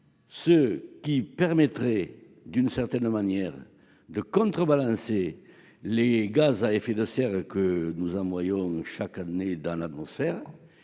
Cela permettrait, d'une certaine manière, de « contrebalancer » les gaz à effet de serre que nous envoyons chaque année dans l'atmosphère